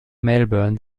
melbourne